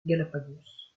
galápagos